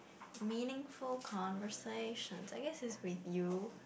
meaningful conversation I guess is with you